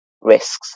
risks